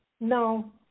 No